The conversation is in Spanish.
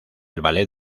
ballet